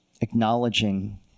acknowledging